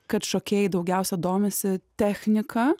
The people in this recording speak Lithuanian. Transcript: kad šokėjai daugiausiai domisi technika